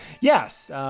Yes